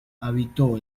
habitó